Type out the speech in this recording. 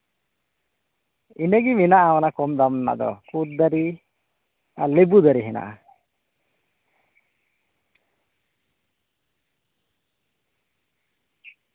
ᱤᱱᱟᱹᱜᱮ ᱢᱮᱱᱟᱜᱼᱟ ᱚᱱᱟ ᱠᱚᱢ ᱫᱟᱢ ᱨᱮᱭᱟᱜ ᱫᱚ ᱠᱩᱫ ᱫᱟᱨᱮ ᱟᱨ ᱞᱤᱵᱩ ᱫᱟᱨᱮ ᱦᱮᱱᱟᱜᱼᱟ